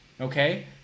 okay